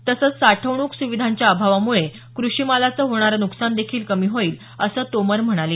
तसेच साठवणूक सुविधांच्या अभावामुळे कृषीमालाचे होणारे नुकसान देखील कमी होईल असं तोमर म्हणाले